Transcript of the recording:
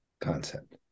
concept